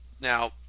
Now